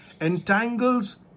entangles